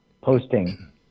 posting